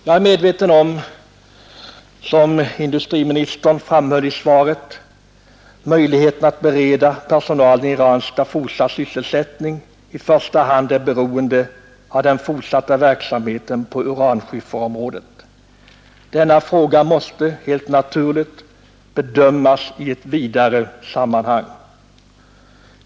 Jag är medveten om att, som industriministern framhöll i svaret, möjligheterna att bereda personal i Ranstad fortsatt sysselsättning i första hand är beroende av den fortsatta verksamheten på uranskifferområdet. Denna fråga måste helt naturligt bedömas i ett vidare sammanhang.